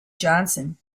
johnson